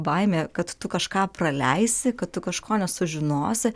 baimė kad tu kažką praleisi kad tu kažko nesužinosi